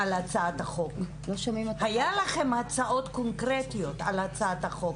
היו לכם הצעות קונקרטיות על הצעת החוק.